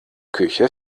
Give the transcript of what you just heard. küche